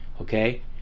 okay